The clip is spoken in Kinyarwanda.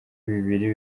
bibiri